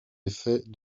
effet